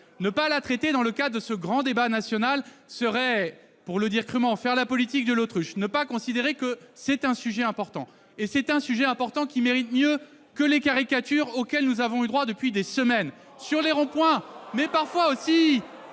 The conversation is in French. ne pas la traiter dans le cadre de ce grand débat national reviendrait, pour le dire crûment, à faire la politique de l'autruche ! Démagogie ! Il s'agit d'un sujet important, qui mérite mieux que les caricatures auxquelles nous avons eu droit depuis des semaines sur les ronds-points, mais parfois aussi